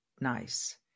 nice